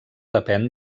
depèn